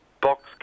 Box